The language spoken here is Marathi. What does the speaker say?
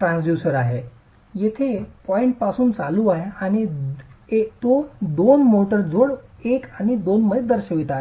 ट्रान्सड्यूसर आहे जो येथे पॉइंटपासून चालू आहे आणि तो दोन मोर्टार जोड 1 आणि 2 मध्ये दर्शवित आहे